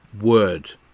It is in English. word